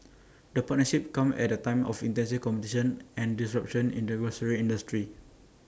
the partnership comes at A time of intense competition and disruption in the grocery industry